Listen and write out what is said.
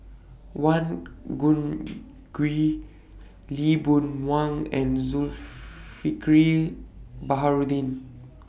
Wang Lee Boon Wang and Baharudin